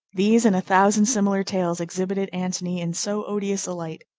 these and a thousand similar tales exhibited antony in so odious a light,